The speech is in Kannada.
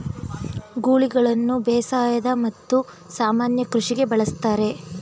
ಗೂಳಿಗಳನ್ನು ಬೇಸಾಯದ ಮತ್ತು ಸಾಮಾನ್ಯ ಕೃಷಿಗೆ ಬಳಸ್ತರೆ